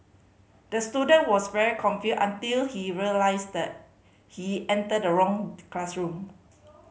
the student was very confused until he realised he entered the wrong classroom